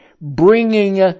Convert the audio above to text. bringing